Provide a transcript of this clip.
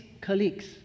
colleagues